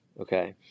Okay